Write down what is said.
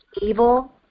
evil